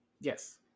yes